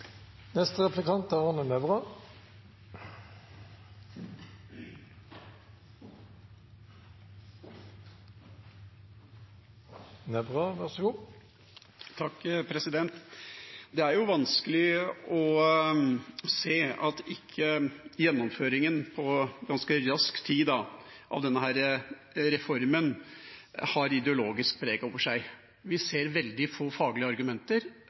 Det er vanskelig å se at gjennomføringen av denne reformen på ganske kort tid ikke har et ideologisk preg over seg. Vi ser veldig få faglige argumenter.